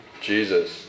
Jesus